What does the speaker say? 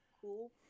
cool